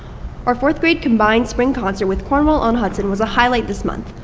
our fourth grade combined spring concert, with cornwall-on-hudson, was a highlight this month.